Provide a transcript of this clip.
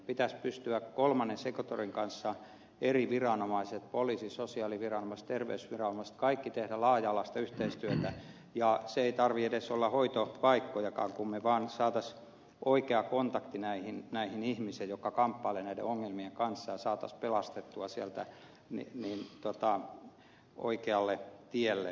pitäisi kolmannen sektorin ja kaikkien eri viranomaisten poliisin sosiaaliviranomaisten terveysviranomaisten pystyä tekemään laaja alaista yhteistyötä eikä tarvitse olla edes hoitopaikkojakaan kun me vaan saisimme oikean kontaktin näihin ihmisiin jotka kamppailevat näiden ongelmien kanssa ja saisimme pelastettua sieltä oikealle tielle